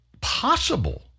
possible